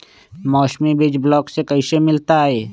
मौसमी बीज ब्लॉक से कैसे मिलताई?